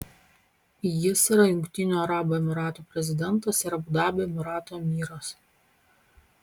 jis yra jungtinių arabų emyratų prezidentas ir abu dabio emyrato emyras